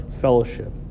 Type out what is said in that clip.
fellowship